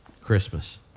Christmas